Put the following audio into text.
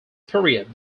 period